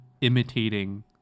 imitating